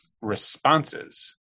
responses